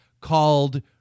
called